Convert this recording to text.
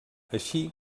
així